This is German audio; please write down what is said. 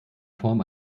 form